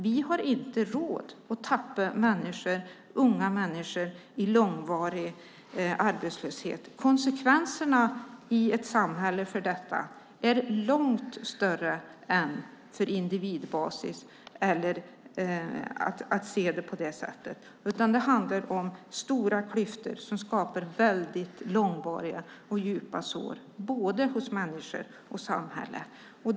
Vi har inte råd att tappa unga människor i långvarig arbetslöshet. Konsekvenserna i samhället för detta är långt större på invidbasis. Det handlar om stora klyftor som skapar väldigt långvariga och djupa sår hos både människor och samhälle.